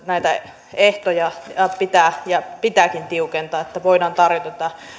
näitä ehtoja pitääkin tiukentaa että voidaan tarjota tätä